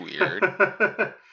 weird